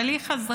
אבל היא חזרה,